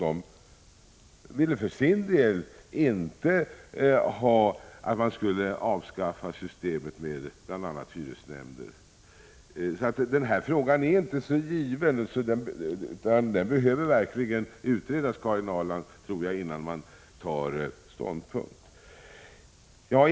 De ville för sin del inte att man skulle avskaffa systemet med bl.a. hyresnämnder. Så den här frågan behöver verkligen utredas innan man tar ståndpunkt, Karin Ahrland.